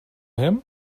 him